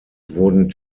wurden